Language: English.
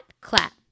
clap